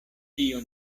tio